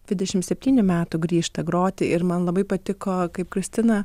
dvidešimt septynių metų grįžta groti ir man labai patiko kaip kristina